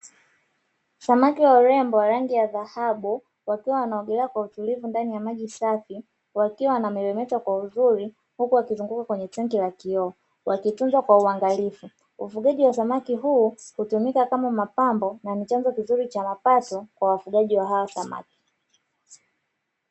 Samaki wa urembo wa rangi ya dhahabu wakiwa wanaogelea kwa utulivu ndani ya maji safi, wakiwa wanameremeta kwa uzuri huku wakizunguka kwenye tenki la kioo ,wakitunzwa kwa uangalifu. Ufugaji wa samaki huu hutumika kama pambo na ni chanzo kizuri cha mapato kwa wafugaji wa hawa samaki.